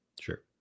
sure